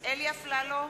אלי אפללו,